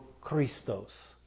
Christos